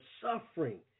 suffering